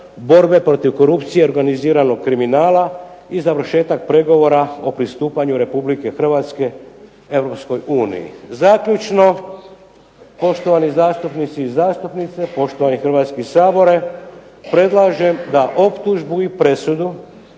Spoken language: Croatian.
borbe protiv korupcije i organiziranog kriminala i završetak pregovora o pristupanju Republike Hrvatske Europskoj uniji. Zaključno poštovani zastupnici i zastupnice, poštovani Hrvatski sabore predlažem da optužbu i presudu